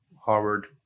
Harvard